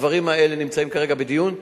והדברים האלה נמצאים כרגע בדיון.